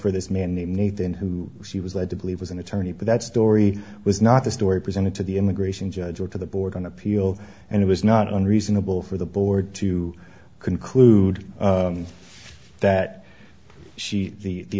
for this man named nathan who she was led to believe was an attorney but that story was not the story presented to the immigration judge or to the board on appeal and it was not unreasonable for the board to conclude that she the